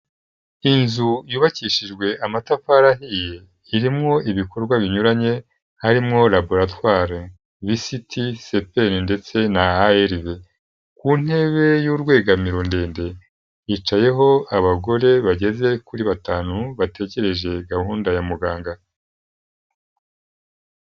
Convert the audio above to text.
Inzu yubakishijwe amatafari ahiye irimwo ibikorwa binyuranye, harimwo laboratore, VCT, CPL ndetse na AEV, ku ntebe y'urwegamiro ndende hicayeho abagore bageze kuri batanu bategereje gahunda ya muganga.